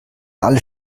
alle